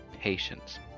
patience